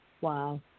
Wow